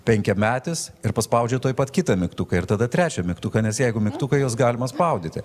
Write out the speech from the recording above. penkiametis ir paspaudžia tuoj pat kitą mygtuką ir tada trečią mygtuką nes jeigu mygtukai juos galima spaudyti